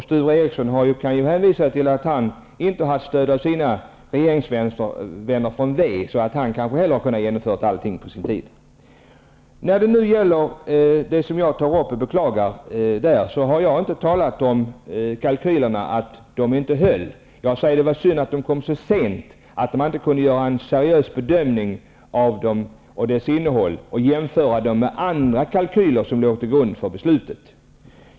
Sture Ericson kan ju hänvisa till att han inte hade stöd av sina regeringsvänner från v, så att han på sin tid kanske inte heller hade kunnat genomföra allting. När det nu gäller den fråga som jag tog upp, och där jag framförde ett beklagande, har jag inte sagt att kalkylerna inte höll. Jag sade att det var synd att de kom så sent att man inte kunde göra en seriös bedömning av dem och deras innehåll och jämföra dem med andra kalkyler vilka låg till grund för beslutet.